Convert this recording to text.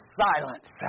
silence